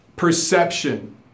perception